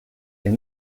est